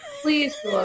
Please